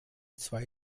zwei